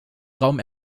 raum